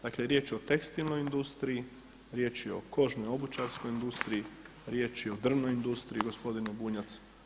Dakle, riječ je o tekstilnoj industriji, riječ je o kožnoj, obućarskoj industriji, riječ je o drvnoj industriji gospodine Bunjac.